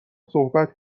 صحبت